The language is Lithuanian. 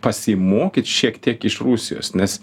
pasimokyt šiek tiek iš rusijos nes